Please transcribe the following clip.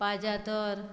पाजातोर